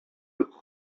futbol